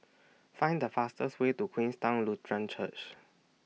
Find The fastest Way to Queenstown Lutheran Church